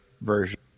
version